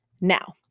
Now